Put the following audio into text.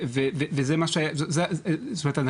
זאת אומרת,